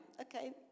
okay